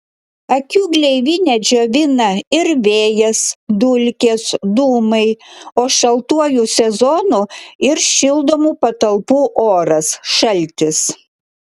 akių gleivinę džiovina ir vėjas dulkės dūmai o šaltuoju sezonu ir šildomų patalpų oras šaltis